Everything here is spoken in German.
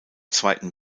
zweiten